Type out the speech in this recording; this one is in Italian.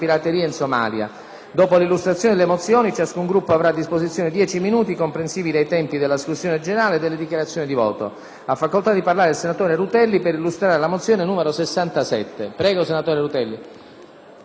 Dopo l'illustrazione delle mozioni, ciascun Gruppo avrà a disposizione dieci minuti, comprensivi dei tempi della discussione e delle dichiarazioni di voto. Ha facoltà di parlare il senatore Rutelli per illustrare la mozione n. 67.